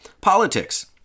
Politics